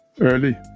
early